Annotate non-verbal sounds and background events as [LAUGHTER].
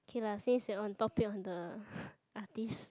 okay lah since we on topic on the [BREATH] artist